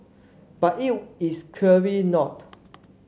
but it is clearly not